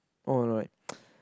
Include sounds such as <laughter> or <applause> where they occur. oh right <noise>